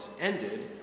ended